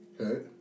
Okay